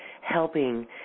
helping